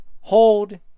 hold